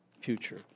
future